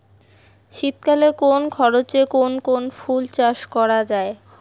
শীতকালে কম খরচে কোন কোন ফুল চাষ করা য়ায়?